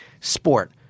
sport